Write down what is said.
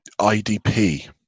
IDP